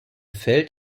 feld